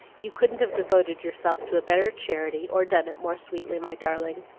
you couldn't have devoted yourself to a better charity, or done it more sweetly, my darling.